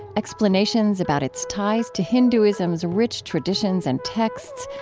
explanations about its ties to hinduism's rich traditions and texts,